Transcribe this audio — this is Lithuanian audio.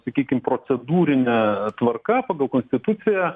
sakykim procedūrinė tvarka pagal konstituciją